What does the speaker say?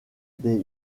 des